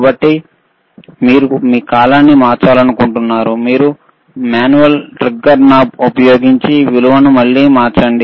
కాబట్టి మీరు మీ కాలాన్ని మార్చాలనుకుంటున్నారు మీరు మాన్యువల్ ట్రిగ్గర్ నాబ్ ఉపయోగించి విలువను మళ్ళీ మార్చండి